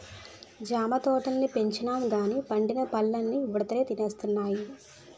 జామ తోటల్ని పెంచినంగానీ పండిన పల్లన్నీ ఉడతలే తినేస్తున్నాయి